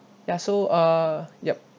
ya so uh yup